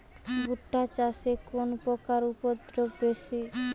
ভুট্টা চাষে কোন পোকার উপদ্রব বেশি?